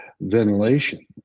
ventilation